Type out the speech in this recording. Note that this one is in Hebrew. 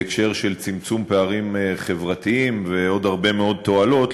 בהקשר של צמצום פערים חברתיים ועוד הרבה מאוד תועלות,